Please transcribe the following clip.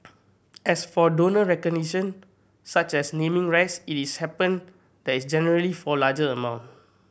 as for donor recognition such as naming rights it is happen there is generally for larger amount